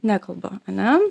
nekalba ane